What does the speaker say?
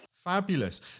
Fabulous